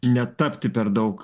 netapti per daug